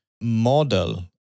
model